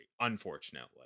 unfortunately